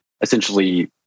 essentially